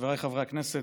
חבריי חברי הכנסת,